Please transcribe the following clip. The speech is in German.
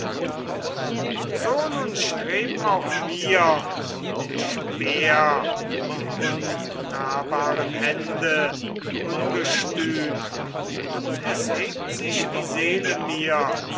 so nun streben auch mir um den speer die unnahbaren hände ungestüm und es hebt sich die seele mir